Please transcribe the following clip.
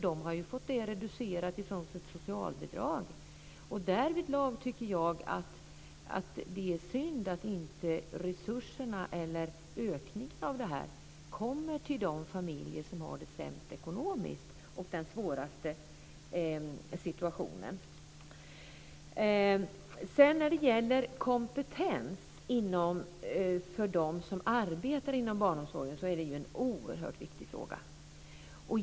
De har fått det reducerat från sitt socialbidrag. Det är synd att inte den ökningen kommer de familjer till godo som har det sämst ekonomiskt och är i den svåraste situationen. Det är oerhört viktigt att de som arbetar inom barnomsorgen har kompetens.